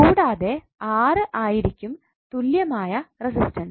കൂടാതെ R ആയിരിക്കും തുല്യമായ റസിസ്റ്റൻസ്